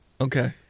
Okay